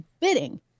bidding